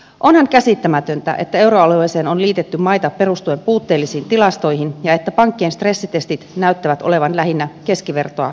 onhan käsittämätöntä että euroalueeseen on liitetty maita puutteellisten tilastojen perusteella ja että pankkien stressitestit näyttävät olevan lähinnä keskivertoa kesäteatteria